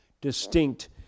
distinct